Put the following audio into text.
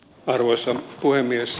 arvoisa puhemies